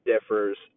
differs